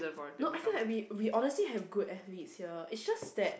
no I feel like we we honestly have good athletes here it's just that